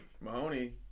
Mahoney